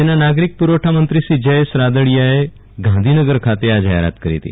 રાજ્યના નાગરીક પુરવઠામંત્રી શ્રી જ્યેશ રાદડીયાએ ગાંધીનગર ખાતે આ જાહેરાત કરી હતી